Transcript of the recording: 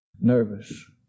nervous